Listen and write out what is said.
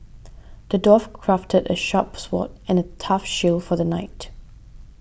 the dwarf crafted a sharp sword and a tough shield for the knight